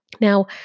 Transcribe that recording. Now